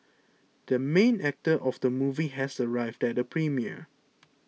the main actor of the movie has arrived at the premiere